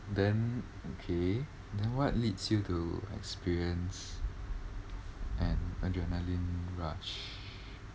then okay then what leads you to experience an adrenaline rush